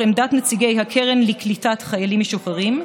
עמדת נציגי הקרן לקליטת חיילים משוחררים,